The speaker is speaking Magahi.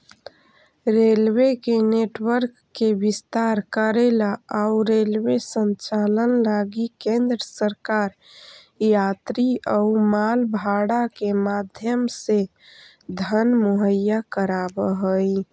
रेलवे के नेटवर्क के विस्तार करेला अउ रेलवे संचालन लगी केंद्र सरकार यात्री अउ माल भाड़ा के माध्यम से धन मुहैया कराव हई